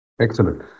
Excellent